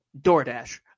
DoorDash